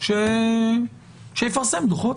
שיפרסם דוחות.